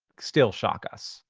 still shock us,